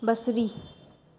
बसरी